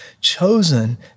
Chosen